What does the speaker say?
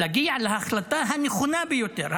להגיע להחלטה הנכונה ביותר,